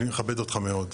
אני מכבד אותך מאוד.